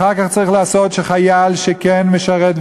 אחר כך צריך לעשות שחייל שכן משרת,